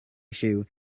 issue